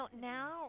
now